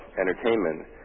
entertainment